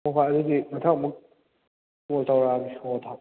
ꯍꯣꯏ ꯍꯣꯏ ꯑꯗꯨꯗꯤ ꯃꯊꯪ ꯑꯃꯨꯛ ꯀꯣꯜ ꯇꯧꯔꯛꯑꯒꯦ ꯍꯣꯏ ꯍꯣꯏ ꯊꯝꯃꯦ